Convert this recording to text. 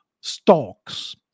stalks